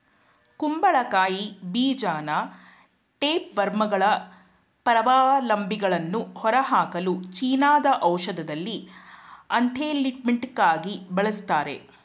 ಕುಂಬಳಕಾಯಿ ಬೀಜನ ಟೇಪ್ವರ್ಮ್ಗಳ ಪರಾವಲಂಬಿಗಳನ್ನು ಹೊರಹಾಕಲು ಚೀನಾದ ಔಷಧದಲ್ಲಿ ಆಂಥೆಲ್ಮಿಂಟಿಕಾಗಿ ಬಳಸ್ತಾರೆ